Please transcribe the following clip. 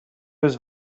eus